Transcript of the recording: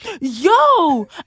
yo